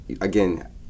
again